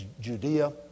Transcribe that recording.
Judea